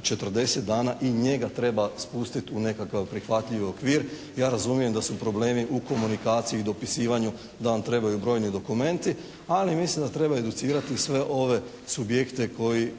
40 dana i njega treba spustiti u nekakav prihvatljivi okvir. Ja razumijem da su problemi u komunikaciji i dopisivanju, da vam trebaju brojni dokumenti ali mislim da treba educirati sve ove subjekte